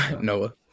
Noah